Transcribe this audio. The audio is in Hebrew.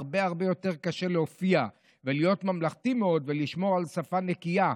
הרבה הרבה יותר קשה להופיע ולהיות ממלכתי מאוד ולשמור על שפה נקייה.